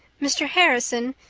mr. harrison,